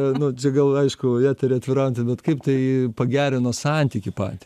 nu čia gal aišku į eterį atvirauti bet kaip tai pagerino santykį patį